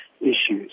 issues